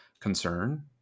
concern